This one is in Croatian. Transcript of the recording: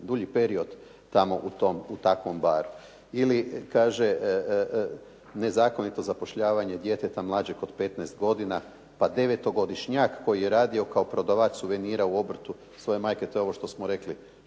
dulji period tamo u takvom baru. Ili kaže, nezakonito zapošljavanje djeteta mlađeg od 15 godina, pa 9-godišnjak koji je radio kao prodavač suvenira u obrtu svoje majke, to je ovo što smo rekli